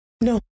no